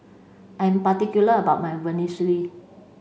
I'm particular about my Vermicelli